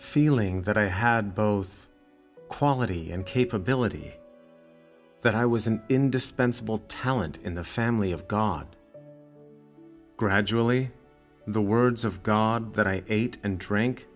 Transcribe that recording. feeling that i had both quality and capability that i was an indispensable talent in the family of god gradually the words of god that i ate and drank